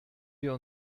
wir